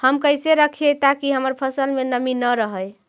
हम कैसे रखिये ताकी हमर फ़सल में नमी न रहै?